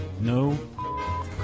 No